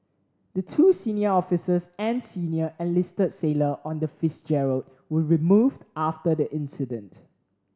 the two senior officers and senior enlisted sailor on the Fitzgerald were removed after the incident